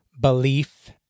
belief